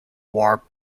war